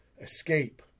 escape